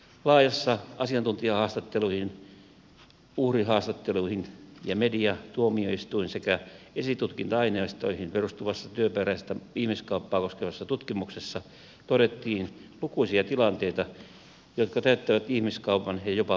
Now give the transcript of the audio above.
laajassa asiantuntijahaastatteluihin uhrihaastatteluihin ja media tuomio istuin sekä esitutkinta aineistoihin perustuvassa työperäistä ihmiskauppaa koskevassa tutkimuksessa todettiin lukuisia tilanteita jotka täyttävät ihmiskaupan ja jopa pakkotyön tunnusmerkit